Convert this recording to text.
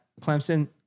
Clemson